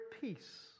peace